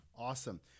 Awesome